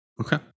Okay